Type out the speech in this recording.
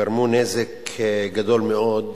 גרמו נזק גדול מאוד